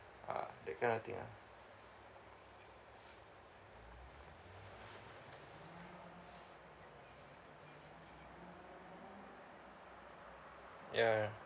uh that kind of thing ah ya